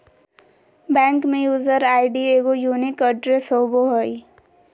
bank में user ID एगो unique address होबो हइ